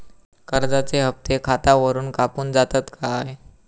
कर्जाचे हप्ते खातावरून कापून जातत काय?